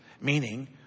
Meaning